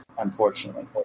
unfortunately